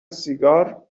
سیگار